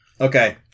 Okay